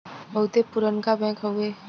बहुते पुरनका बैंक हउए